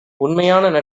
உண்மையான